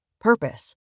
Purpose